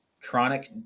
chronic